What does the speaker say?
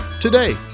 today